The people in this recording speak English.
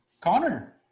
connor